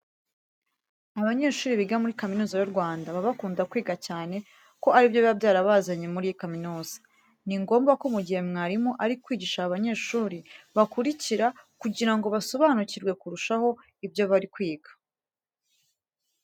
Abanyeshuri biga muri Kaminuza y'u Rwanda baba bakunda kwiga cyane ko ari byo biba byarabazanye muri iyi kaminuza. Ni ngombwa ko mu gihe mwarimu ari kwigisha aba banyeshuri bakurikira kugira ngo basobanukirwe kurushaho ibyo bari kwiga.